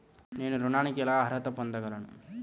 నేను ఋణానికి ఎలా అర్హత పొందగలను?